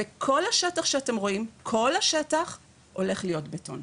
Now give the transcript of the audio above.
וכל השטח שאתם רואים, כל השטח הולך להיות בטון.